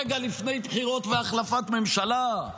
רגע לפני בחירות והחלפת ממשלה?